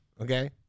okay